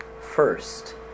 first